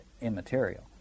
immaterial